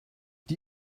die